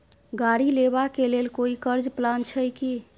गाड़ी लेबा के लेल कोई कर्ज प्लान छै की?